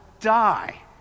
die